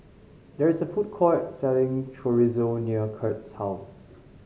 there is a food court selling Chorizo near Kurt's house